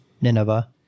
Nineveh